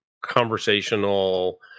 conversational